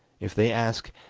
if they ask,